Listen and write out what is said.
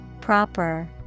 Proper